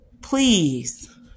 Please